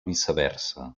viceversa